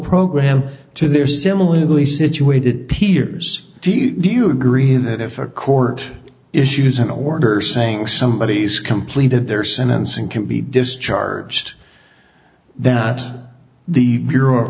program to their similarly situated peers do you agree that if a court issues an order saying somebodies completed their sentencing can be discharged that the bure